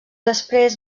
després